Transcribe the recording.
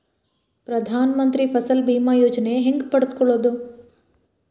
ಪ್ರಧಾನ ಮಂತ್ರಿ ಫಸಲ್ ಭೇಮಾ ಯೋಜನೆ ಹೆಂಗೆ ಪಡೆದುಕೊಳ್ಳುವುದು?